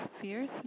Fierce